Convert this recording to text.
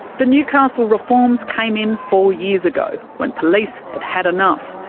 the newcastle reforms came in four years ago, when police had had enough.